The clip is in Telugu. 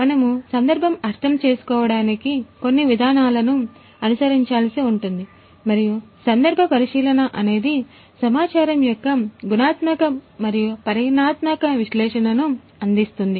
మనము ప్రస్తుతం ఉన్న కొన్ని సందర్భాలను అనేది సమాచారం యొక్క గుణాత్మక మరియు పరిమాణాత్మక విశ్లేషణను అందిస్తుంది